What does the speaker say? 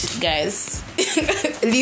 guys